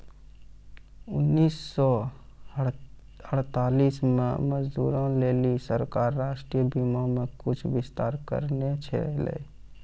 उन्नीस सौ अड़तालीस मे मजदूरो लेली सरकारें राष्ट्रीय बीमा मे कुछु विस्तार करने छलै